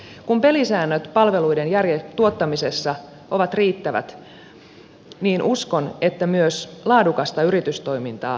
kun pelisäännöt palveluiden tuottamisessa ovat riittävät uskon että myös laadukasta yritystoimintaa syntyy lisää